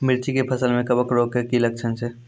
मिर्ची के फसल मे कवक रोग के की लक्छण छै?